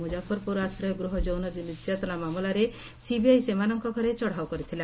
ମୁଜାଫରପୁର ଆଶ୍ରୟ ଗୃହ ଯୌନ ନିର୍ଯାତନା ମାମଲାରେ ସିବିଆଇ ସେମାନଙ୍କ ଘରେ ଚଢ଼ାଉ କରିଥିଲା